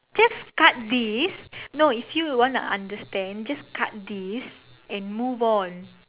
just cut this no if you want to understand just cut this and move on